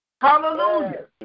Hallelujah